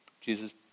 Jesus